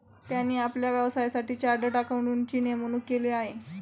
त्यांनी आपल्या व्यवसायासाठी चार्टर्ड अकाउंटंटची नेमणूक केली आहे